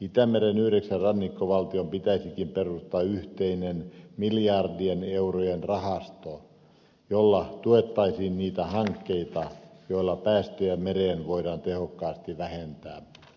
itämeren yhdeksän rannikkovaltion pitäisikin perustaa yhteinen miljardien eurojen rahasto jolla tuettaisiin niitä hankkeita joilla päästöjä mereen voidaan tehokkaasti vähentää